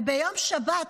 וביום שבת,